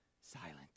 silent